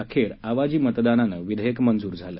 अखेर आवाजी मतदानानं हे विधेयक मंजूर झालं